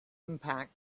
impact